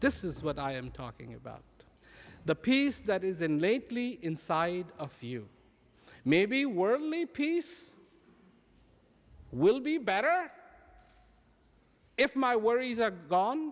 this is what i am talking about the peace that is in lately inside a few maybe worry me peace will be better if my worries are gone